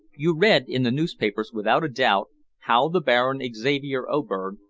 you read in the newspapers, without a doubt, how the baron xavier oberg,